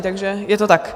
Takže je to tak.